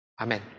Amen